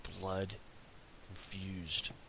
blood-infused